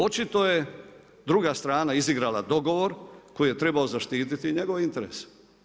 Očito je druga strana izigrala dogovor koji je trebao zaštiti njegove interese.